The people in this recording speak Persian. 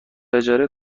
اجاره